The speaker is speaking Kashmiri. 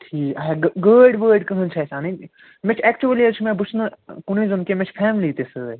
ٹھیٖک آچھا گٲڑۍ وٲڑۍ کٕہنٛزۍ چھِ اسہِ اَنٕنۍ مےٚ چھِ ایٚکچُؤلی حظ چھِ مےٚ بہٕ چھُس نہٕ کُنٕے زوٚن کیٚنٛہہ مےٚ چھِ فیملی تہِ سۭتۍ